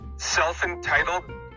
self-entitled